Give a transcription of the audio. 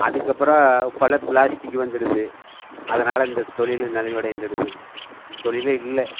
அதுக்கப்பறம் இப்பெல்லாம் பிளாஸ்டிக் வந்துடுது அதனால் இந்த தொழில் நலிவடைந்திடுது தொழிலே இல்லை